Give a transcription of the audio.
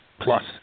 plus